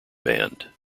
band